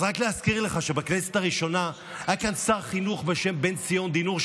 אז רק להזכיר לך שבכנסת הראשונה היה כאן שר חינוך בשם בן-ציון דינור,